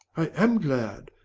i am glad.